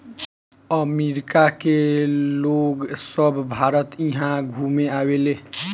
अमरिका के लोग सभ भारत इहा घुमे आवेले